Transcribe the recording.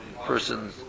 person